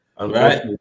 Right